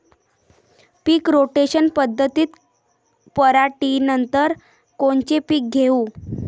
पीक rotation पद्धतीत पराटीनंतर कोनचे पीक घेऊ?